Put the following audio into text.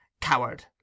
coward